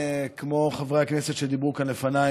כמו חברי הכנסת שדיברו כאן לפניי,